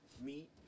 meat